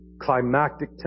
climactic